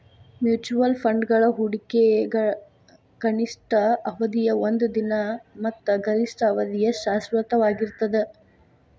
mutual ಫಂಡ್ಗಳ ಹೂಡಿಕೆಗ ಕನಿಷ್ಠ ಅವಧಿಯ ಒಂದ ದಿನ ಮತ್ತ ಗರಿಷ್ಠ ಅವಧಿಯ ಶಾಶ್ವತವಾಗಿರ್ತದ